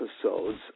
episodes